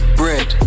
bread